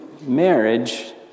marriage